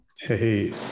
Hey